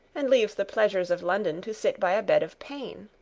and leaves the pleasures of london to sit by a bed of pain.